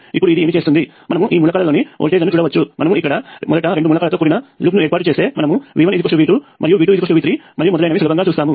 ఇప్పుడు ఇది ఏమి చేస్తుంది మనము ఈ మూలకాలలోని వోల్టేజ్లను చూడవచ్చు మనము ఇక్కడ మొదటి రెండు మూలకాలతో కూడిన లూప్ను ఏర్పాటు చేస్తే మనము V1 V2 మరియు V2 V3 మరియు మొదలైనవి సులభంగా చూస్తాము